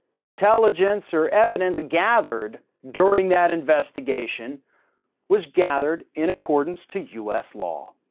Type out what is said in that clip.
intelligence or evidence gathered during that investigation was gathered in accordance to us law.